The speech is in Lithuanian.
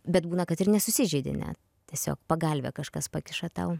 bet būna kad ir nesusižeidi net tiesiog pagalvę kažkas pakiša tau